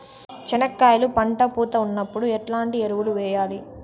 చెనక్కాయలు పంట పూత ఉన్నప్పుడు ఎట్లాంటి ఎరువులు వేయలి?